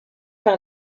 par